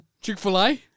Chick-fil-A